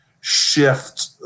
shift